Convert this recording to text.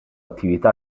attività